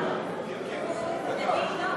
דוד, לא.